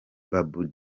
babou